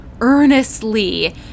earnestly